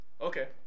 Okay